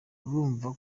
urumva